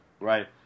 Right